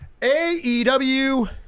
AEW